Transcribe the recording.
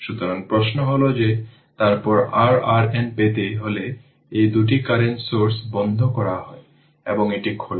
সুতরাং প্রশ্ন হল যে তারপর r RN পেতে হলে এই দুটি কারেন্ট সোর্স বন্ধ করা হয় এবং এটি খোলা